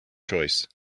choice